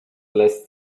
lässt